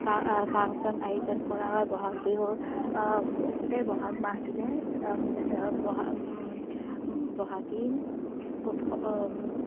function আয়োজন কৰা হয় বহাগ বিহুৰ গোটেই বহাগ মাহটোতে বহাগ বহাগী উৎ